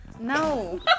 No